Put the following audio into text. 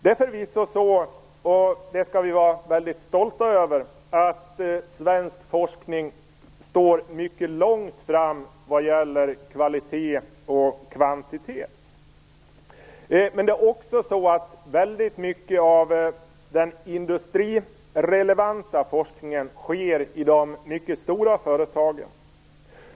Det är förvisso så, och det skall vi vara mycket stolta över, att svensk forskning står mycket långt fram vad gäller kvalitet och kvantitet. Men väldigt mycket av den industrirelevanta forskningen sker också i de mycket stora företagen.